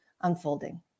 unfolding